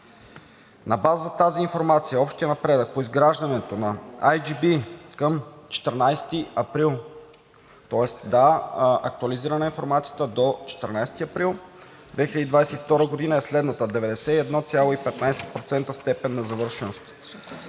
На база на тази информация общият напредък по изграждане на „Ай Джи Би“ към 14 април, тоест – да, актуализирана е информацията до 14 април 2022 г., е следната: 91,15% степен на завършеност;